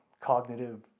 cognitive